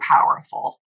powerful